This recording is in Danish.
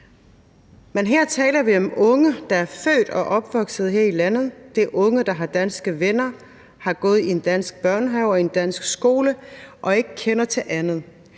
Men her taler vi om unge, der er født og opvokset her i landet. Det er unge, der har danske venner, har gået i en dansk børnehave og i en dansk skole og ikke kender til andet.